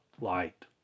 light